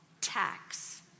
tax